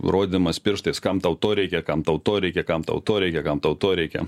rodymas pirštais kam tau to reikia kam tau to reikia kam tau to reikia kam tau to reikia